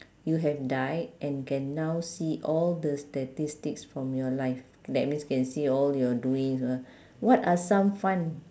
you have died and can now see all the statistics from your life that means can see all your doings uh what are some fun